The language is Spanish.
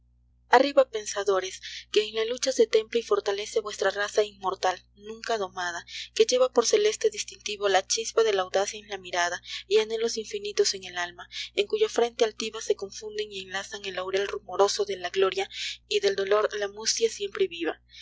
arriba pensadores que en la lucha se templa y fortalece vuestra raza inmortal nunca domada que lleva por celeste distintivo la chispa de la audacia en la mirada y anhelos infinitos en el alma en cuya frente altiva se confunden y enlazan el laurel rumoroso de la gloria y del dolor la mustia siempre viva